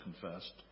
confessed